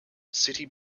city